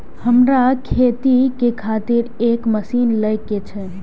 हमरा खेती के खातिर एक मशीन ले के छे?